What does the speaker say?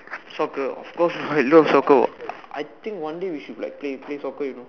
soccer of course lah I love soccer I think one day we should like play play soccer you know